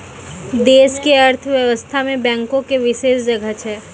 देश के अर्थव्यवस्था मे बैंको के विशेष जगह छै